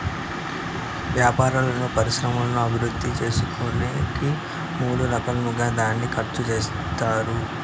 వ్యాపారాలను పరిశ్రమల అభివృద్ధి చేసుకునేకి మూడు రకాలుగా దాన్ని ఖర్చు చేత్తారు